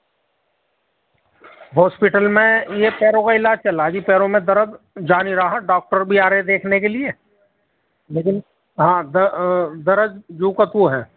hospital میں یہ پیروں کا علاج چل رہا ہے جی پیروں میں درد جا نہیں رہا ڈاکٹر بھی آ رہے دیکھنے کے لیے لیکن ہاں درد جو کا تو ہے